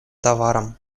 товаром